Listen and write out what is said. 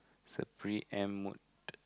is a pre em mode